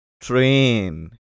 Train